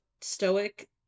stoic